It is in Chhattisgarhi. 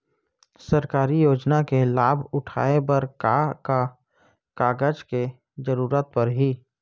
सरकारी योजना के लाभ उठाए बर का का कागज के जरूरत परही